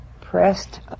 pressed